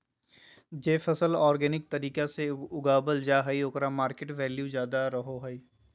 जे फसल ऑर्गेनिक तरीका से उगावल जा हइ ओकर मार्केट वैल्यूआ ज्यादा रहो हइ